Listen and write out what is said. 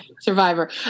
Survivor